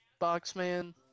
Boxman